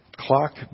clock